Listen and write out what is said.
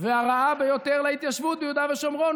והרעה ביותר להתיישבות ביהודה ושומרון.